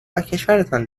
وکشورتان